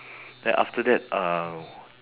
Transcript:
then after that um